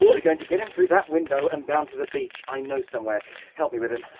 we're going to get him through that window and down to the beach? i know somewhere help me with him!